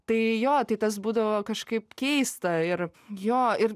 tai jo tai tas būdavo kažkaip keista ir jo ir